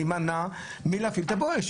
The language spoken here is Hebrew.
להימנע מלהפעיל את ה"בואש".